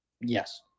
Yes